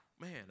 man